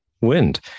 wind